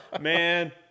Man